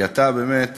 כי באמת